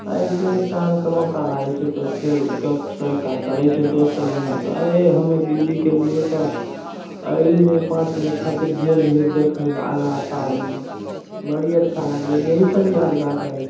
ऐसे टाइमके मौका लागै छै तऽ फेर गपसँ काज चलै छै दोस्त सब लग तऽ हमे दिल्ली गेल रहियै तऽ पाँच मिनट खातिर गेल रहियै देखैला आगरा ताजमहल बड़ी अच्छा लागलै यही सब यादगार रहै छै